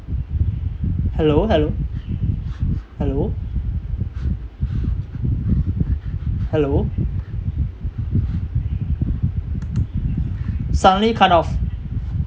hello hello hello hello suddenly cut off